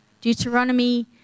Deuteronomy